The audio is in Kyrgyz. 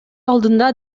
алдында